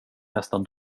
nästan